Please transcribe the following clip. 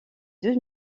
deux